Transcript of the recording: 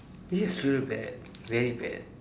yes real bat real bat